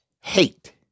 hate